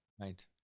Right